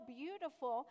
beautiful